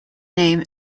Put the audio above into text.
name